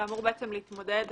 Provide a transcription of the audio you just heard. שאמור להתמודד